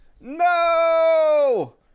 No